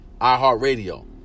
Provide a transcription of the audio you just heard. iHeartRadio